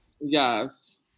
Yes